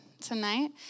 tonight